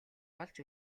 болж